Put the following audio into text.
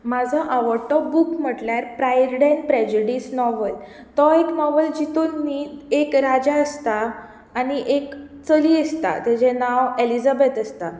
म्हजो आवडटो बूक म्हळ्यार प्रायड ऍंड प्रेजडीस नॉवल तो एक नॉवल जेतून न्ही एक राजा आसता आनी एक चली आसता तेजे नांव ऍलीझाबॅथ आसता